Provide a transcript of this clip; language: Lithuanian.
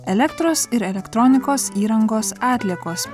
elektros ir elektronikos įrangos atliekos